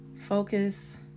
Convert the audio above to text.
focus